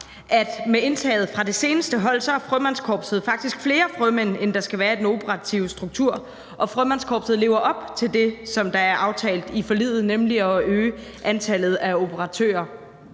at med indtaget fra det seneste hold er der faktisk i Frømandskorpset flere frømænd, end der skal være i den operative struktur, og Frømandskorpset lever op til det, som der er aftalt i forliget, nemlig at øge antallet af operatører.